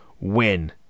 win